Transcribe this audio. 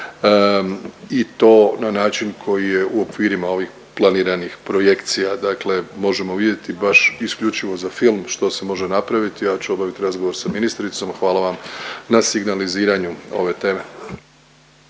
i to na način koji je u okvirima ovih planiranih projekcija, dakle možemo vidjeti baš isključivo za film što se može napraviti, ja ću obaviti razgovor sa ministricom. Hvala vam na signaliziranju ove teme.